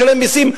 משלם מסים.